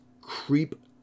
creep